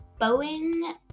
Boeing